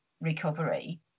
recovery